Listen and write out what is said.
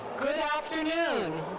good afternoon.